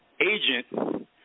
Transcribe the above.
agent